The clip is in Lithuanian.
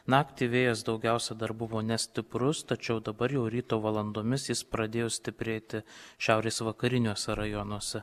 naktį vėjas daugiausia dar buvo nestiprus tačiau dabar jau ryto valandomis jis pradėjo stiprėti šiaurės vakariniuose rajonuose